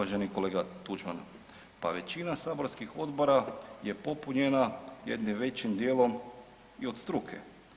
Uvaženi kolega Tuđman, pa većina saborskih odbora je popunjena jednim većim dijelom i od struke.